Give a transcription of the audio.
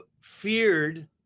feared